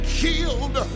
killed